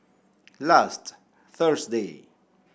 last Thursday